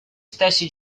stessi